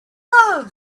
love